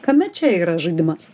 kame čia yra žaidimas